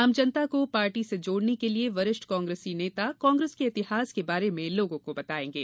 आम जनता को पार्टी से जोड़ने के लिए वरिष्ठ कांग्रेसी नेता कांग्रेस के इतिहास के बारे में लोगों को बतायेंगे